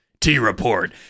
T-Report